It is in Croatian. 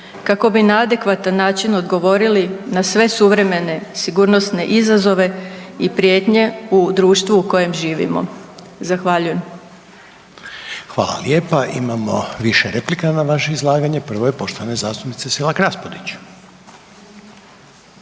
kako bi na adekvatan način odgovorili na sve suvremene sigurnosne izazove i prijetnje u društvu u kojem živimo. Zahvaljujem. **Reiner, Željko (HDZ)** Hvala lijepa. Imamo više replika na vaše izlaganje, prvo je poštovane zastupnice Selak Raspudić.